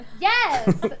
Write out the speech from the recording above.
Yes